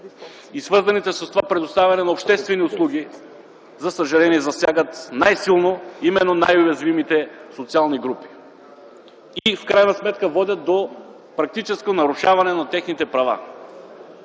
и свързаното с това предоставяне на обществени услуги за съжаление засягат най-силно именно най-уязвимите социални групи и в крайна сметка водят до практическото нарушаване на техните права.